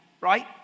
right